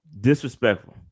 Disrespectful